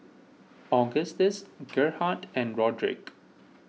Augustus Gerhardt and Rodrick